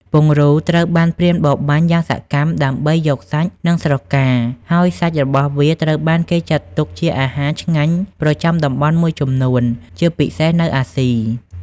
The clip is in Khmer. ពង្រូលត្រូវបានព្រានបរបាញ់យ៉ាងសកម្មដើម្បីយកសាច់ និងស្រកា ហើយសាច់របស់វាត្រូវបានគេចាត់ទុកជាអាហារឆ្ងាញ់ប្រចាំតំបន់មួយចំនួន ជាពិសេសនៅអាស៊ី។